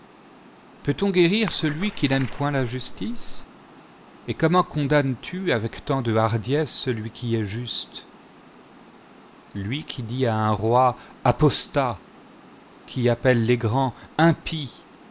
peut-on guérir celui qui n'aîme point la justice et comment condamnestu avec tant de hardiesse celui qui est juste lui qui dit à un roi apostat qui appelle les grands impies